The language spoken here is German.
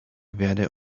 werde